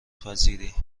پذیری